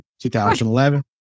2011